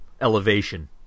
elevation